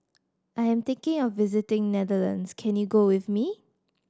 I'm thinking of visiting Netherlands can you go with me